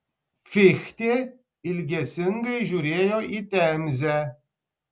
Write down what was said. fichtė ilgesingai žiūrėjo į temzę